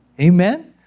Amen